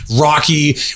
Rocky